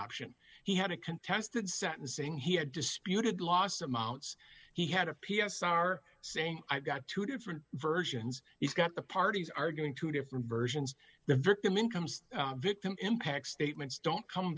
option he had a contested sentencing he had disputed last amounts he had a p s r saying i've got two different versions it's got the parties are going to different versions the victim in comes victim impact statements don't come